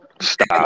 stop